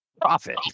Profit